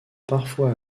parfois